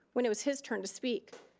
when it was his turn to speak.